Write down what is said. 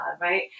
right